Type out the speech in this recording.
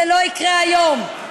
זה לא יקרה היום.